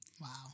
Wow